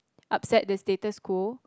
upset the status quo